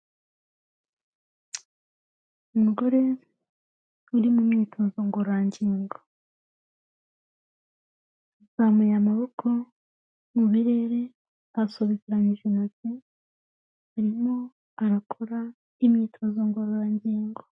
Umugore uri mu myitozo ngororangingo. Azamuye amaboko mu birere, asobekeranyije intoki, arimo arakora imyitozo ngororangingo.